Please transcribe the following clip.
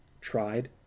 tried